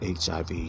HIV